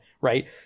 Right